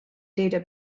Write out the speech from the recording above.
data